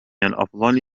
الأفضل